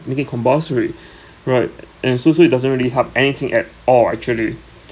make it compulsory right a~ and so so it doesn't really help anything at all actually